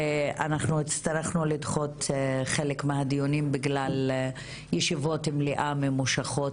ואנחנו הצטרכנו לדחות חלק מהדיונים בגלל ישיבות מליאה ממושכות,